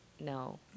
No